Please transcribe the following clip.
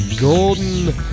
golden